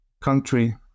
country